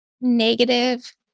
negative